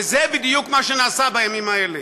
וזה בדיוק מה שנעשה בימים האלה.